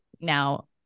now